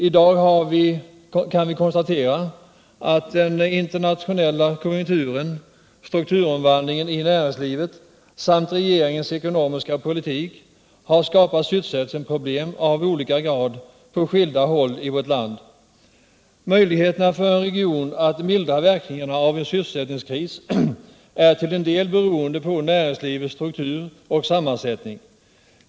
I dag kan vi konstatera att den internationella konjunkturen, strukturomvandlingen inom näringslivet och regeringens ekonomiska politik har skapat sysselsättningsproblem av olika grad på skilda håll i vårt land. Möjligheterna för en region att mildra verkningarna av en sysselsättningskris är delvis beroende av näringslivets struktur och sammansättning.